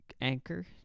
anchor